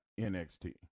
NXT